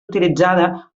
utilitzada